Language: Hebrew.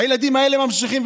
הילדים האלה ממשיכים.